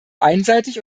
einseitig